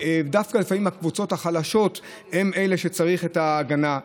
דווקא לפעמים הקבוצות החלשות הן שצריכות את ההגנה,